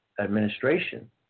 administration